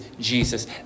Jesus